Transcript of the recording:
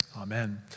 Amen